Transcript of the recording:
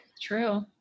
true